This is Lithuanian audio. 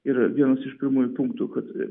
yra vienas iš pirmųjų punktų kad